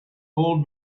old